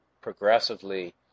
progressively